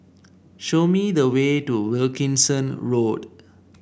show me the way to Wilkinson Road